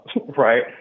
Right